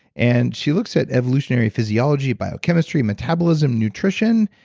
and she looks at evolutionary physiology, biochemistry, metabolism, nutrition,